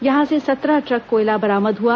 यहां से सत्रह ट्रक कोयला बरामद हुआ